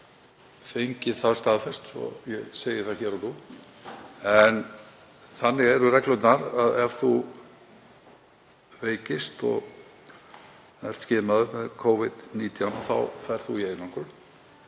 fengið það staðfest, svo að ég segi það hér og nú. En þannig eru reglurnar að ef þú veikist og ert skimaður með Covid-19 ferðu í einangrun